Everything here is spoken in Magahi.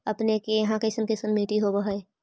अपने के यहाँ कैसन कैसन मिट्टी होब है?